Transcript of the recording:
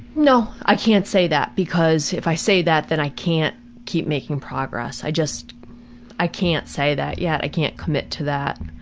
no, i can't say that. because if i say that, then i can't keep making progress. i just i can't say that yet. i can't commit to that.